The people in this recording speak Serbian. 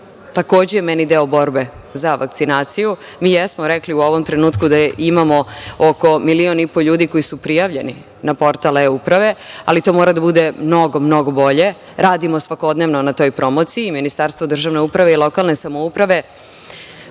takođe je meni deo borbe za vakcinaciju. Mi jesmo rekli u ovom trenutku da imamo oko milion i po ljudi koji su prijavljeni na portal eUprave, ali to mora da bude mnogo, mnogo bolje. Radimo svakodnevno na toj promociji. Ministarstvo državne uprave i lokane samouprave